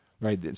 right